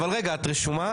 אבל רגע את רשומה?